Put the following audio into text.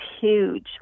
huge